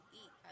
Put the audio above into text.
eat